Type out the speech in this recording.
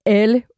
alle